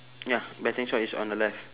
ya betting shop is on the left